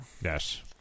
yes